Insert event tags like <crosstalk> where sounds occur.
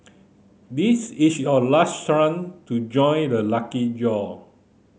this is your last <unintelligible> to join the lucky draw